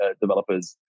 developers